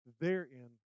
Therein